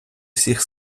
всіх